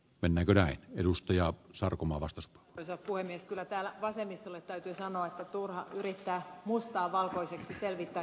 tänä keväänä edustaja sarkomaa vastus vesa puhemies kyllä täällä vasemmistolle täytyy sanoa että turha yrittää mustaa valkoiseksi selvittää